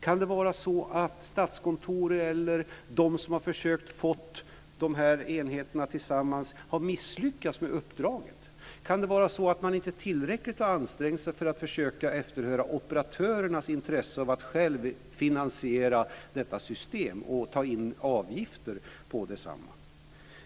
Kan det vara så att Statskontoret eller de som tillsammans har försökt få dessa enheter har misslyckats med uppdraget? Kan det vara så att man inte tillräckligt har ansträngt sig för att försöka efterhöra operatörernas intresse av att själva finansiera detta system och ta in avgifter på detsamma?